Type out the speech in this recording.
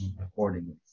accordingly